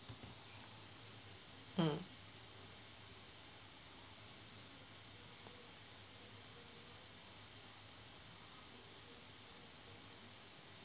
mm